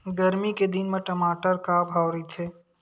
गरमी के दिन म टमाटर का भाव रहिथे?